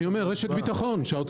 שהאוצר ייתן רשת ביטחון.